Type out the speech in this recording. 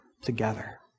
together